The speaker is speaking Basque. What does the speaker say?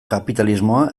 kapitalismoa